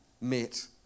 met